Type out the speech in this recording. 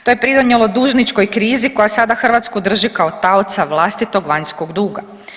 To je pridonijelo dužničkoj krizi koja sada Hrvatsku drži kao taoca vlastitog vanjskog duga.